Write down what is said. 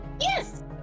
Yes